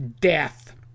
death